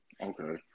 Okay